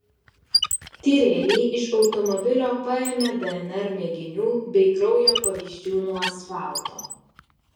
tyrėjai iš automobilio paėmė dnr mėginių bei kraujo pavyzdžių nuo asfalto